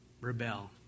rebel